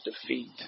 defeat